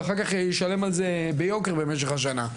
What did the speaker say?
אז אח"כ הוא ישלם על זה ביוקר במשך השנה.